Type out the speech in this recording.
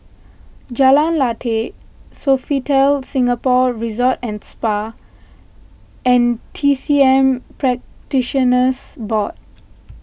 Jalan Lateh Sofitel Singapore Resort and Spa and T C M Practitioners Board